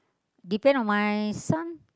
depend on my son